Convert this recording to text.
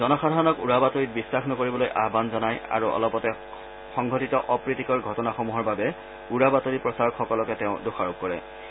জনসাধাৰণক উৰা বাতৰি বিশ্বাস নকৰিবলৈ আহবান জনায় আৰু অলপতে সংঘটিত অপ্ৰীতিকৰ ঘটনাসমূহৰ বাবে উৰা বাতৰি প্ৰচাৰক সকলকে দোষাৰোপ কৰিছে